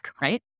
Right